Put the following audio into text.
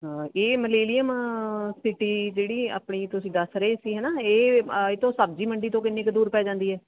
ਹਾਂ ਇਹ millennium city ਜਿਹੜੀ ਆਪਣੀ ਤੁਸੀਂ ਦੱਸ ਰਹੇ ਸੀ ਹੈ ਨਾ ਇਹ ਇਹ ਤੋਂ ਸਬਜ਼ੀ ਮੰਡੀ ਤੋਂ ਕਿੰਨੀ ਕੁ ਦੂਰ ਪੈ ਜਾਂਦੀ ਹੈ